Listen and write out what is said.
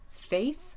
faith